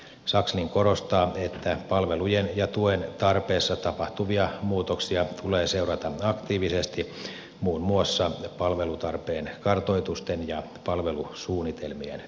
sakslin korostaa että palvelujen ja tuen tarpeessa tapahtuvia muutoksia tulee seurata aktiivisesti muun muassa palvelutarpeen kartoitusten ja palvelusuunnitelmien perusteella